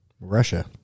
Russia